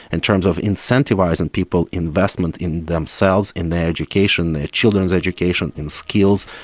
in terms of incentivising people's investment in themselves, in their education, their children's education, in skills,